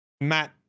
Matt